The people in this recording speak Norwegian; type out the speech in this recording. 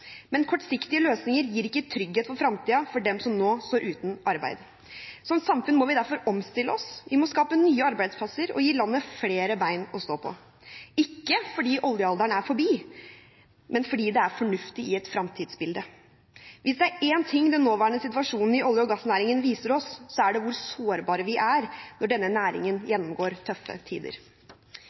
Men kortsiktige løsninger gir ikke trygghet for fremtiden for dem som nå står uten arbeid. Som samfunn må vi derfor omstille oss, vi må skape nye arbeidsplasser og gi landet flere ben å stå på – ikke fordi oljealderen er forbi, men fordi det er fornuftig i et fremtidsbilde. Hvis det er én ting den nåværende situasjonen i olje- og gassnæringen viser oss, er det hvor sårbare vi er når denne næringen gjennomgår tøffe tider.